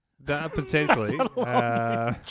Potentially